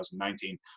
2019